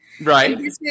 right